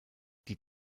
die